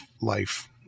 life